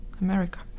America